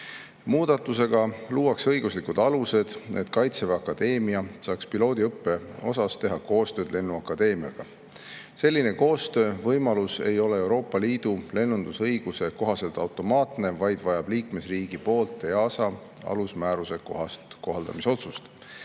Muudatusega luuakse õiguslikud alused, et Kaitseväe Akadeemia saaks piloodiõppes teha koostööd lennuakadeemiaga. Selline koostöövõimalus ei ole Euroopa Liidu lennundusõiguse kohaselt automaatne, vaid vajab liikmesriigilt EASA alusmääruse kohast kohaldamisotsust.